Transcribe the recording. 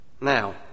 Now